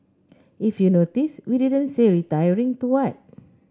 if you notice we didn't say 'retiring' to what